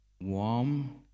warm